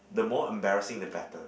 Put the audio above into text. the more embarrassing the better